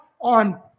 on